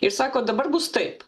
ir sako dabar bus taip